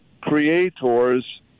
creator's